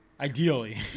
Ideally